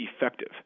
effective